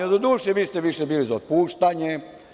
Doduše, vi ste više bili za otpuštanje.